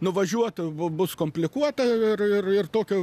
nuvažiuot bus komplikuota ir ir ir tokio